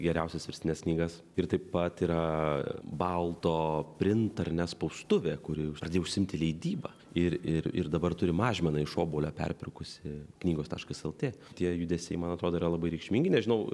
geriausias verstines knygas ir taip pat yra balto print ar ne spaustuvė kuri pradėjo užsiimti leidyba ir ir ir dabar turi mažmeną iš obuolio perpirkusi knygos taškas lt tie judesiai man atrodo yra labai reikšmingi nežinau